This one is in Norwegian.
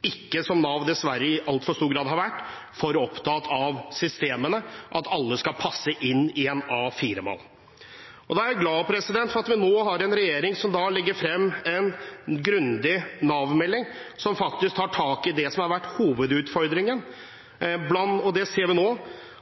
ikke som Nav dessverre i altfor stor grad har vært: for opptatt av systemene og at alle skal passe inn i en A4-mal. Da er jeg glad for at vi nå har en regjering som legger frem en grundig Nav-melding som faktisk tar tak i det som har vært hovedutfordringen. Vi ser nå